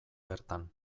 bertan